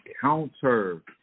counter